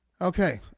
Okay